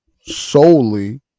solely